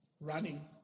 running